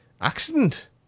Accident